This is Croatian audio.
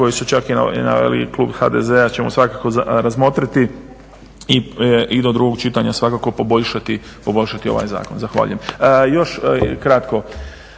koji su čak … klub HDZ-a ćemo svakako razmotriti i do drugog čitanja svakako poboljšati ovaj zakon. Zahvaljujem. Još kratko,